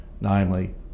namely